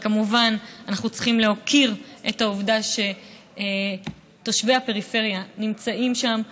אבל כמובן אנחנו צריכים להוקיר את העובדה שתושבי הפריפריה נמצאים שם,